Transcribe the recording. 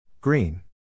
Green